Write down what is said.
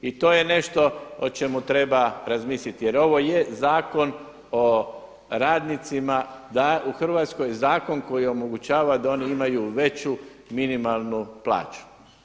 I to je nešto o čemu treba razmisliti, jer ovo je zakon o radnicima da u Hrvatskoj zakon koji omogućava da oni imaju veću minimalnu plaću.